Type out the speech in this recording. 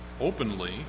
openly